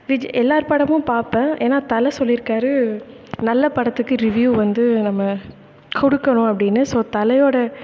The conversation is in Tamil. விஜய் எல்லார் படமும் பார்ப்பேன் ஏன்னா தலை சொல்லியிருக்காரு நல்ல படத்துக்கு ரிவ்யூ வந்து நம்ம கொடுக்கணும் அப்படின்னு ஸோ தலையோடய